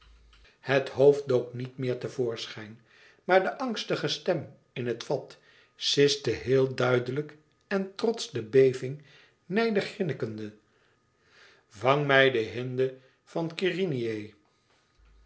het hoofd dook niet meer te voorschijn maar de angstige stem in het vat siste heel duidelijk en trots de beving nijdig grinnikende vang mij de hinde van keryneia